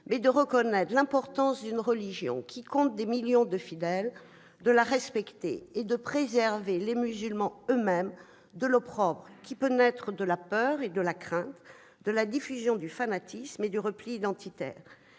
mais de reconnaître l'importance d'une religion qui compte 6 millions de fidèles dans notre pays, de la respecter et de préserver les musulmans eux-mêmes de l'opprobre qui peut naître de la peur et de la crainte de la diffusion du fanatisme, du repli identitaire.